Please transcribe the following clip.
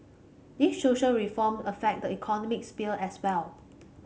these social reform affect the economic sphere as well